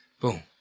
boom